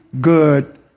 good